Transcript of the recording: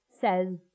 says